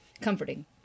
comforting